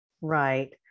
right